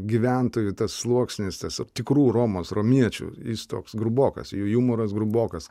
gyventojų sluoksnis tas tikrų romos romiečių jis toks grubokas jų jumoras grubokas